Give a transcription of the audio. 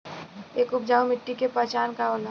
एक उपजाऊ मिट्टी के पहचान का होला?